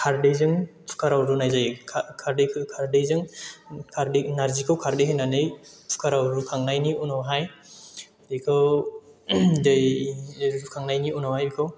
खारदैजों कुकार आव रुनाय जायो खारदैजों नारजिखौ खारदै होनानै कुकार आव रुखांनायनि उनावहाय बेखौ दै रुखांनायनि उनावहाय बेखौ